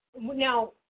now